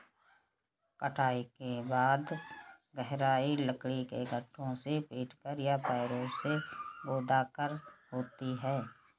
कटाई के बाद गहराई लकड़ी के लट्ठों से पीटकर या पैरों से रौंदकर होती है